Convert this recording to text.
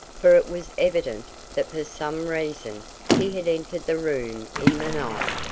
for it was evident that for some reason he had entered the room in the night.